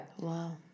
wow